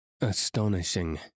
Astonishing